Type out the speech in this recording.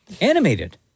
Animated